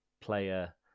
player